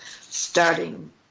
starting